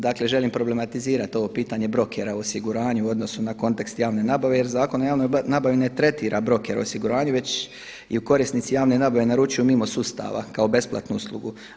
Dakle, želim problematizirati ovo pitanje brokera u osiguranju u odnosu na kontekst javne nabave jer Zakon o javnoj nabavi ne tretira brokere u osiguranju već je korisnici javne nabave naručuju mimo sustava kao besplatnu uslugu.